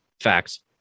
facts